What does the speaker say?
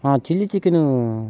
chili chicken